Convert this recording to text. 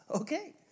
okay